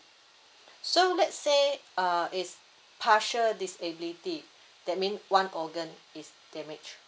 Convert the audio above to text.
so let's say uh it's partial disability that mean one organ is damaged